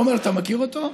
עמר, אתה מכיר אותו?